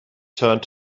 turned